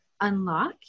unlock